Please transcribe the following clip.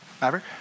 Maverick